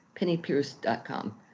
PennyPierce.com